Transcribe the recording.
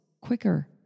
quicker